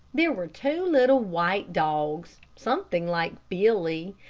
there were two little white dogs, something like billy,